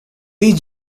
these